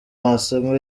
amasomo